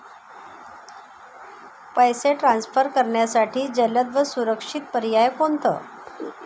पैसे ट्रान्सफर करण्यासाठी जलद व सुरक्षित पर्याय कोणता?